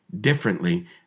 differently